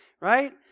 right